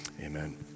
amen